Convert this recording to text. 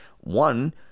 One